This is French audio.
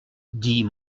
dit